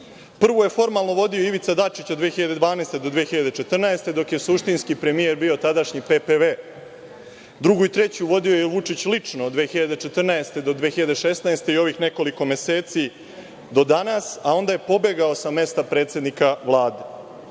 Prvu je formalno vodio Ivica Dačić od 2012. do 2014. godine, dok je suštinski premijer bio tadašnji p.p.v. Drugu i treću vodio je Vučić lično od 2014. do 2016. godine i ovih nekoliko meseci do danas, a onda je pobegao sa mesta predsednika Vlade. Ako